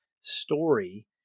story